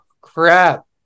crap